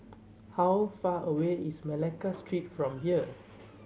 how far away is Malacca Street from here